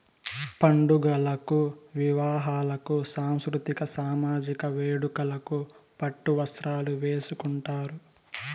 పండుగలకు వివాహాలకు సాంస్కృతిక సామజిక వేడుకలకు పట్టు వస్త్రాలు వేసుకుంటారు